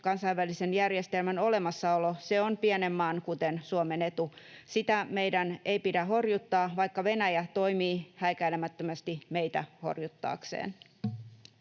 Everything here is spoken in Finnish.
kansainvälisen järjestelmän olemassaolo on pienen maan, kuten Suomen, etu. Sitä meidän ei pidä horjuttaa, vaikka Venäjä toimii häikäilemättömästi meitä horjuttaakseen.